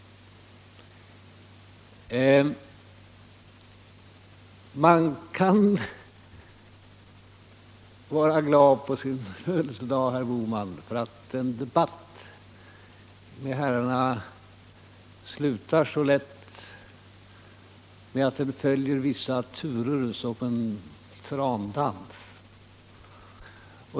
Man kan vara glad på sin födelsedag, för en debatt med herrarna slutar så lätt med att den följer vissa turer som i en trandans.